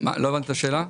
לא הבנתי את השאלה.